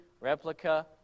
replica